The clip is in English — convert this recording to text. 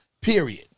period